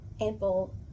ample